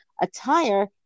attire